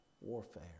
warfare